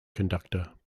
conductor